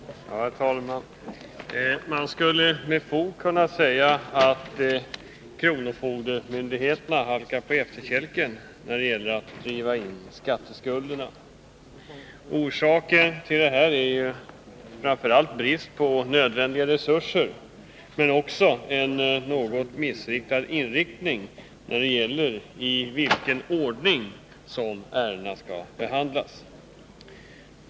Herr talman! Man skulle med fog kunna säga att kronofogdemyndigheterna kommit på efterkälken när det gäller att driva in skatteskulderna. Orsaken till detta är framför allt brist på nödvändiga resurser men också en något missriktad ambition när det gäller i vilken ordning ärendena skall behandlas.